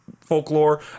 folklore